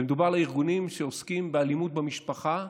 ומדובר על הארגונים שעוסקים באלימות במשפחה,